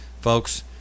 Folks